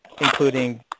including